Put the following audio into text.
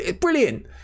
Brilliant